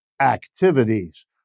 activities